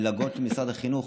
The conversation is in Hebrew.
מלגות משרד החינוך,